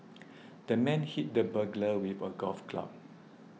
the man hit the burglar with a golf club